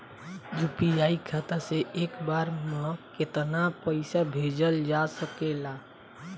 UPI खाता से एक बार म केतना पईसा भेजल जा सकेला?